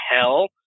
hell